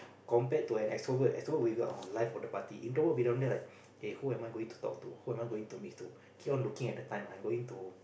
compared to an extrovert extrovert will be the life of the party introvert will be down there like eh who am I going to talk to who am I going to meet to keep on looking at the time I'm going to